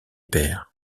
pères